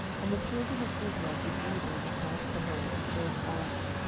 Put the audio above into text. and the children of israel did evil in the sight of the lord, and served baalim